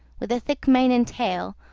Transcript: with a thick mane and tail,